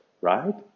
right